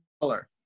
Color